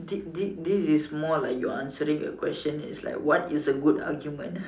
this this this is more like you're answering a question like what is a good argument